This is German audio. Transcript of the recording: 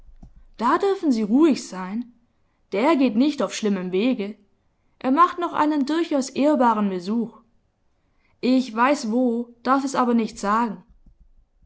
da dürfen sie ruhig sein der geht nicht auf schlimmem wege er macht noch einen durchaus ehrbaren besuch ich weiß wo darf es aber nicht sagen